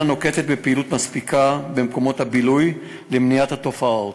נוקטת פעילות מספיקה במקומות הבילוי למניעת התופעה.